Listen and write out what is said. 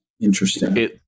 interesting